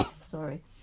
Sorry